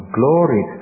glory